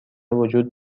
وجود